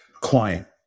client